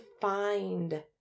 find